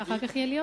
ויהיו לי עוד חמש